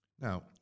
Now